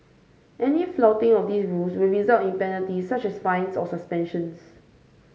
any flouting of these rules would result in penalties such as fines or suspension